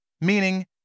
meaning